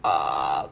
err